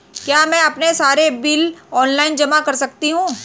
क्या मैं अपने सारे बिल ऑनलाइन जमा कर सकती हूँ?